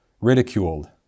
ridiculed